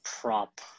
prop